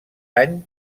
any